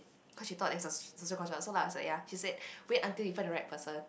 cause she thought there's so lah so ya she said wait until you find the right person